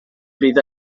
fydd